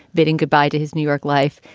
bidding goodbye to his new york life.